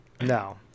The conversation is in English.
no